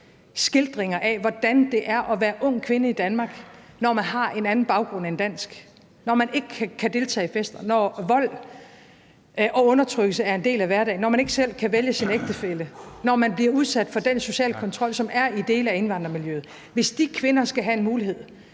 skildringer af, hvordan det er at være ung kvinde i Danmark, når man har en anden baggrund end dansk, når man ikke kan deltage i fester, når vold og undertrykkelse er en del af hverdagen, når man ikke selv kan vælge sin ægtefælle, når man bliver udsat for den sociale kontrol, som er i dele af indvandrermiljøet. Hvis de kvinder skal have en mulighed